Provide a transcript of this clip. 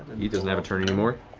he doesn't have a turn anymore.